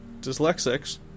Dyslexics